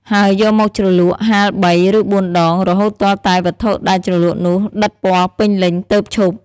ហើយយកមកជ្រលក់ហាលបី ឬបួនដង រហូតទាល់តែវត្ថុដែលជ្រលក់នោះដិតពណ៌ពេញលេញទើបឈប់។